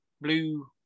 blue